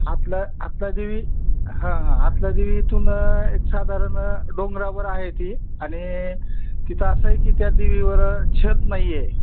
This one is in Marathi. हातला हातला देवी हां हातला देवीतून एक साधारण डोंगरावर आहे ती आणि तिथं असं आहे की त्या देवीवर छत नाही आहे